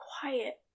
quiet